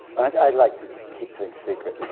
i'd i'd like to keep things secret.